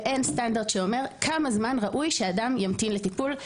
ואין סטנדרט שאומר כמה זמן ראוי שאדם ימתין לטיפול.